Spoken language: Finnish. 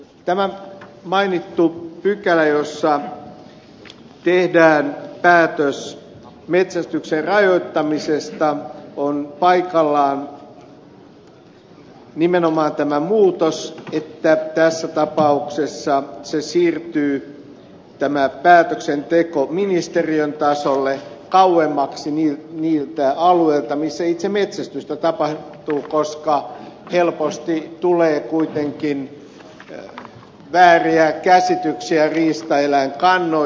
tämä mainittu pykälä jossa tehdään päätös metsästyksen rajoittamisesta on paikallaan nimenomaan tämä muutos että tässä tapauksessa päätöksenteko siirtyy ministeriön tasolle kauemmaksi niiltä alueilta missä itse metsästystä tapahtuu koska helposti tulee kuitenkin vääriä käsityksiä riistaeläinkannoista